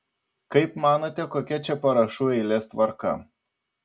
kaip manote kokia čia parašų eilės tvarka